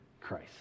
Christ